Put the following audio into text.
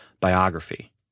biography